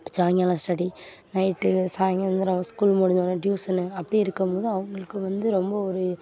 சாயங்காலம் study night சாயந்தரம் school முடிஞ்சோனே டியூசனு அப்படி இருக்கும் போது அவங்களுக்கு வந்து ரொம்ப ஒரு